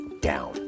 Down